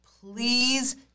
Please